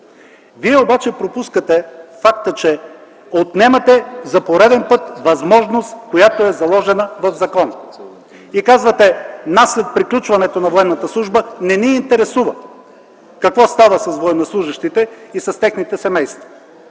Вие обаче пропускате факта, че отнемате за пореден път възможност, която е заложена в закона. И казвате: след приключването на военната служба нас не ни интересуват военнослужещите и техните семейства!